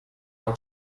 how